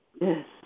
Yes